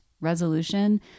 resolution